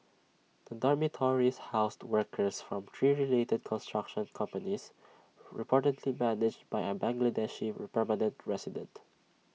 the dormitories housed workers from three related construction companies reportedly managed by an Bangladeshi permanent resident